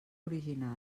original